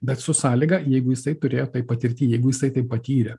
bet su sąlyga jeigu jisai turėjo tai patirty jeigu jisai tai patyrė